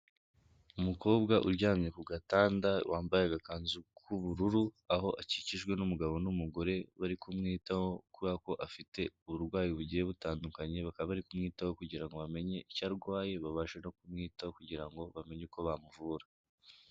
Umukobwa uryamye ku gatanda wambaye agakanzu k'ubururu, aho akikijwe n'umugabo n'umugore bari kumwitaho kubera ko afite uburwayi bugiye butandukanye bakaba bari kumwitaho kugira ngo bamenye icyo arwaye babashe no kumwitaho kugira ngo bamenye uko bamuvura.